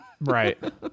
Right